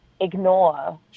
ignore